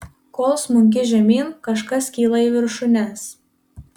kol smunki žemyn kažkas kyla į viršūnes